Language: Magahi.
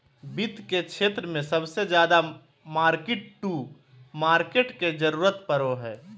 वित्त के क्षेत्र मे सबसे ज्यादा मार्किट टू मार्केट के जरूरत पड़ो हय